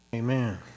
Amen